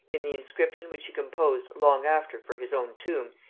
in the inscription which he composed long after for his own tomb,